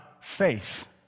faith